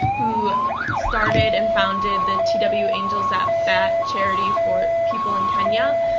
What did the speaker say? who started and founded the twe angels at bat charity for people in kenya,